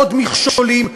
עוד מכשולים,